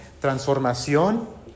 transformación